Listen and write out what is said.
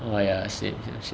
oh ya same same same